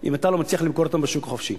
אם אתה לא מצליח למכור אותן בשוק החופשי.